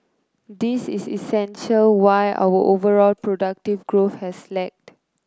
this is essentially why our overall productivity growth has lagged